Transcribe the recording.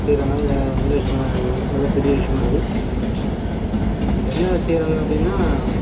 செய்றாங்க அது நல்ல விஷயமாக தான் நல்ல பெரிய விஷயமா இருக்கு என்ன செய்றாங்க அப்படின்னா